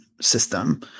system